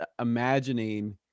imagining